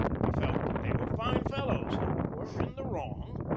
we felt that they were fine fellows who were in the wrong,